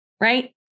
right